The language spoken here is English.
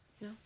no